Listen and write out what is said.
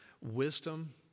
wisdom